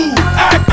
Act